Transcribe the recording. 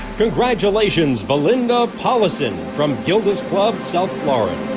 congratulations belinda paulcin from gilda's club south florida